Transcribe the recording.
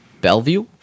Bellevue